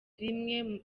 rimwe